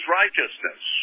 righteousness